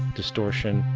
distortion,